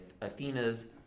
Athena's